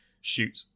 shoot